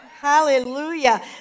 Hallelujah